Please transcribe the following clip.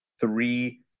three